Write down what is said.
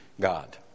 God